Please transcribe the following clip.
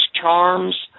charms